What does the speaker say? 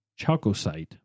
chalcosite